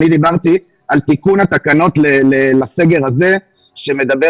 אני דיברתי על תיקון התקנות לסגר הזה שמדבר